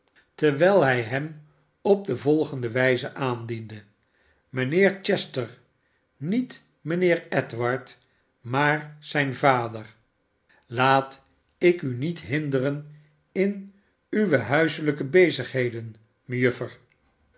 terwijl hij hem op de volgende wijze aandiende mijnheer chester niet mijnheer edward maar zijn vader laat ik u niet hinderen in uwe huiselijke bezigheden